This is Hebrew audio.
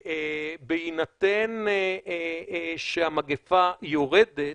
בהינתן שהמגפה יורדת,